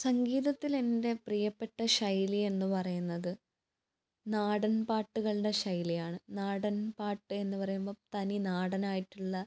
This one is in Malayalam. സംഗീതത്തിൽ എൻ്റെ പ്രിയപ്പെട്ട ശൈലി എന്ന് പറയുന്നത് നാടൻ പാട്ടുകളുടെ ശൈലിയാണ് നാടൻ പാട്ട് എന്ന് പറയുമ്പോൾ തനി നാടനായിട്ടുള്ള